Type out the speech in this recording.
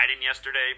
yesterday